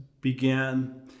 began